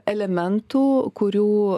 elementų kurių